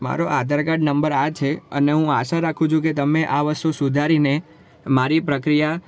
મારો Aadhaar card number આ છે અને હું આશા રાખું છું કે તમે આ વસ્તુ સુધારીને મારી પ્રક્રિયા